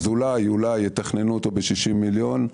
אז אולי אולי יתכננו ב-60 מיליון,